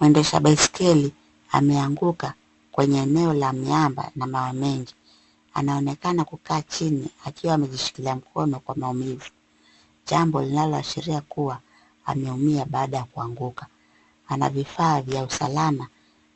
Mwendesha baiskeli ameanguka kwenye eneo la miamba na mawe mengi. Anaoneka kukaa chini akiwa amejishikilia mkono kwa maumivu, jambo linaloashiria kuwa ameumia baada ya kuanguka. Ana vifaa vya usalama